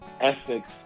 ethics